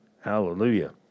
Hallelujah